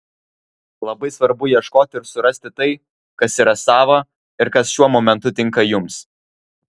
labai svarbu ieškoti ir surasti tai kas yra sava ir kas šiuo momentu tinka jums